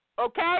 Okay